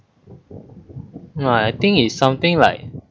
no I think it's something like